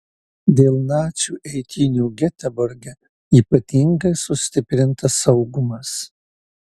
dėl nacių eitynių geteborge ypatingai sustiprintas saugumas